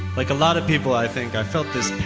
like a lot of people, i think, i felt this